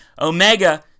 Omega